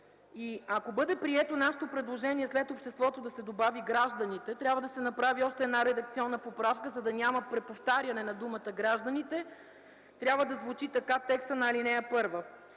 Ако бъде прието нашето предложение след „обществото” да се добави „и гражданите”, трябва да се направи още една редакционна поправка, за да няма преповтаряне на думата „гражданите”. Текстът на ал. 1 трябва